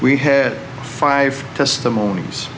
we had five testimonies